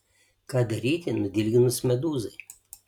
ką daryti nudilginus medūzai